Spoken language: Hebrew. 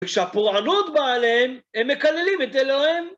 ‫וכשהפורענות באה עליהם, ‫הם מקללים את אלוהים.